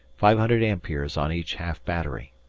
five hundred amperes on each half-battery.